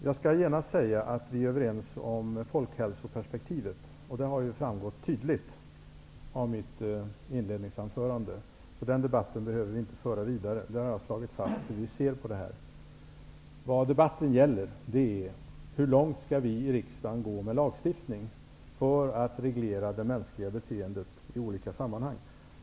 Jag skall genast säga att vi är överens om folkhälsoperspektivet. Det har framgått tydligt av mitt inledningsanförande, så den debatten behöver vi inte föra vidare. Jag har slagit fast hur vi ser på frågan. Vad debatten gäller är hur långt vi i riksdagen skall gå med lagstiftning för att reglera det mänskliga beteendet i olika sammanhang.